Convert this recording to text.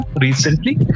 recently